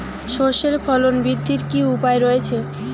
সর্ষের ফলন বৃদ্ধির কি উপায় রয়েছে?